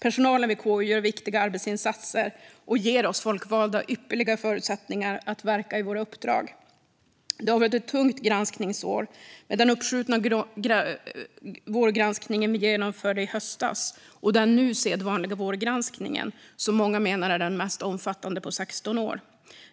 Personalen vid KU gör viktiga arbetsinsatser och ger oss folkvalda ypperliga förutsättningar att verka i våra uppdrag. Det har varit ett tungt granskningsår, med den uppskjutna vårgranskningen vi genomförde i höstas och nu den sedvanliga vårgranskningen, som många menar är den mest omfattande på 16 år.